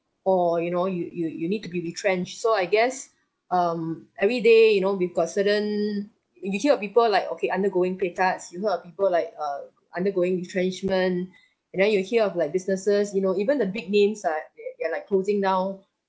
or you know you you you need to be retrenched so I guess um everyday you know we've got certain we hear of people like okay undergoing pay cuts you heard of people like uh undergoing retrenchment and then you hear of like businesses you know even the big names like they are like closing now